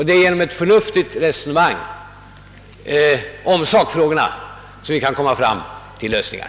Det är genom ett förnuftigt resonemang om sakfrågorna som vi kan nå fram till lösningar.